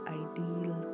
ideal